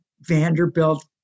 vanderbilt